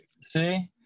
See